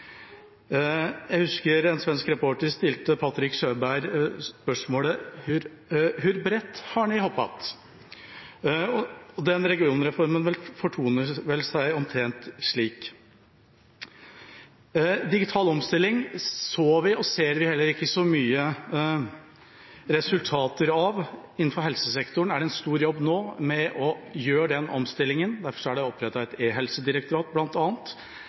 Jeg husker en svensk reporter stilte Patrik Sjöberg spørsmålet: «Hur brett har ni hoppat?» Den regionreformen fortoner seg vel omtrent slik. Digital omstilling så vi og ser vi heller ikke så mange resultater av. Innenfor helsesektoren er det en stor jobb nå med å gjøre den omstillingen. Derfor er det bl.a. opprettet et